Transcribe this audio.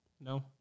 No